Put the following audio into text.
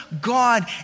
God